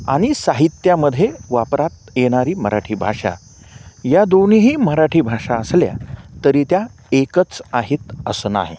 आणि साहित्यामध्ये वापरात येणारी मराठी भाषा या दोन्ही मराठी भाषा असल्या तरी त्या एकच आहेत असं नाही